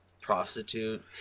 prostitute